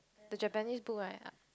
the Japanese book right